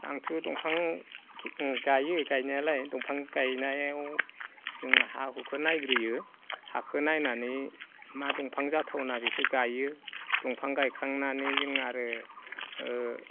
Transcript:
आंथ' दंफाङाव गायो गायनायालाय दंफां गायनायाव जों हा हुखो नायग्रोयो हाखो नायनानै मा दंफां जाथावना बेखो गायो दंफां गायखांनानै जों आरो